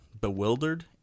bewildered